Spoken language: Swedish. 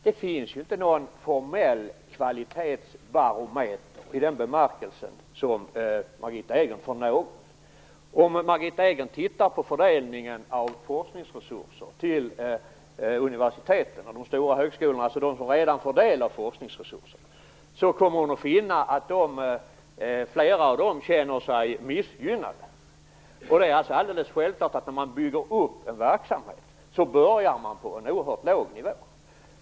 Herr talman! Det finns inte någon formell kvalitetsbarometer i den bemärkelse som Margitta Edgren menar för någonting. Om Margitta Edgren tittar på fördelningen av forskningsresurser till universiteten och de stora högskolorna, alltså de som redan får del av forskningsresurserna, kommer hon att finna att flera av dem känner sig missgynnade. Det är alldeles självklart att när man bygger upp en verksamhet börjar man på en oerhört låg nivå.